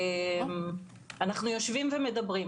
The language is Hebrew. אנחנו יושבים ומדברים.